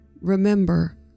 Remember